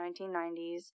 1990s